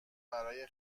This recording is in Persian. برای